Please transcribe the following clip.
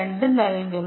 2 നൽകും